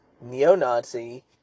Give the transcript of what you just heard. neo-Nazi